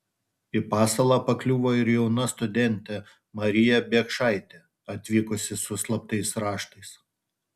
į pasalą pakliuvo ir jauna studentė marija biekšaitė atvykusi su slaptais raštais